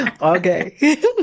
okay